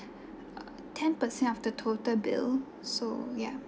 uh ten percent of the total bill so ya